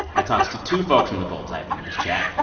i talked to two folks from the bold type in this chat,